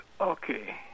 okay